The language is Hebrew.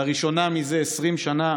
לראשונה מזה 20 שנה.